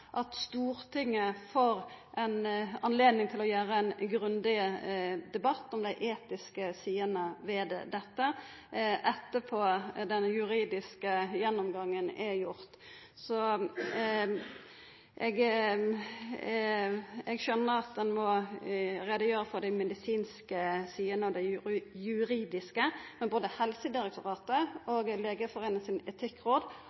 at Stortinget får ei anledning til å ta ein grundig debatt om dei etiske sidene ved dette etter at den juridiske gjennomgangen er gjort. Eg skjønnar at ein må greia ut dei medisinske og dei juridiske sidene, men både Helsedirektoratet og Legeforeningens etikkråd